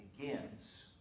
begins